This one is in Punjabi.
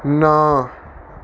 ਨਾ